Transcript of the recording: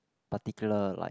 particular like